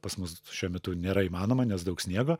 pas mus šiuo metu nėra įmanoma nes daug sniego